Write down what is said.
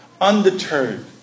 Undeterred